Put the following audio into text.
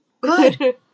Good